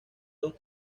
dos